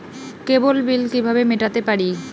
কেবল bill কিভাবে মেটাতে পারি?